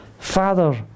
Father